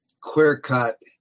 clear-cut